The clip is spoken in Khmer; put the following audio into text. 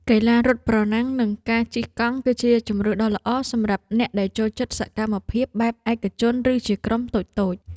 កីឡារត់ប្រណាំងនិងការជិះកង់គឺជាជម្រើសដ៏ល្អសម្រាប់អ្នកដែលចូលចិត្តសកម្មភាពបែបឯកជនឬជាក្រុមតូចៗ។